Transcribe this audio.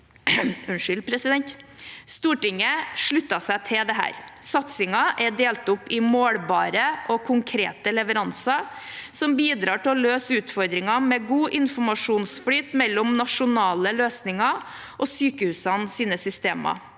Stortinget sluttet seg til dette. Satsingen er delt opp i målbare og konkrete leveranser, noe som bidrar til å løse utfordringer med god informasjonsflyt mellom nasjonale løsninger og sykehusenes systemer.